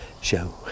show